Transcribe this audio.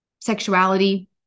sexuality